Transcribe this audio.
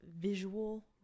visual